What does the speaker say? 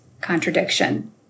contradiction